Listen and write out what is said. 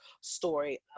story